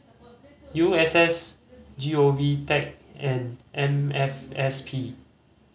U S S G O V Tech and N F S P